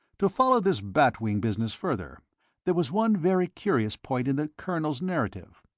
to follow this bat wing business further there was one very curious point in the colonel's narrative.